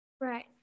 Right